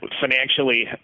financially